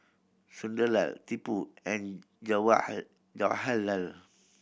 Sunderlal Tipu and Jawaharlal